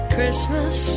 Christmas